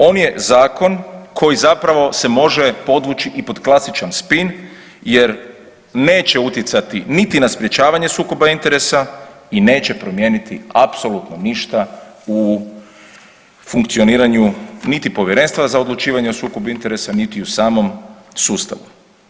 On je zakon koji zapravo se može podvući i pod klasičan spin jer neće utjecati niti na sprječavanje sukoba interesa i neće promijeniti apsolutno ništa u funkcioniranju niti Povjerenstva za odlučivanje o sukobu interesa niti u samom sustavu.